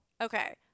okay